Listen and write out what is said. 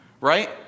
right